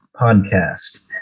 Podcast